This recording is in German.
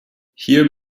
hier